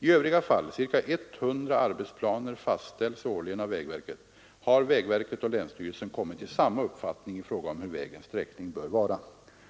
I övriga fall — ca 100 arbetsplaner fastställs årligen av vägverket — har vägverket och länsstyrelsen kommit till samma uppfattning i fråga om hur vägens sträckning bör vara.